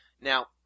now